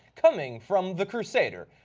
coming from the crusader.